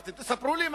אתם תספרו לי?